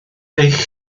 eich